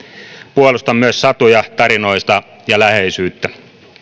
puolustan myös satuja tarinoita ja läheisyyttä